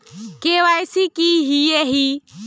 KYC की हिये है?